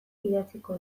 idatziko